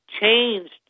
changed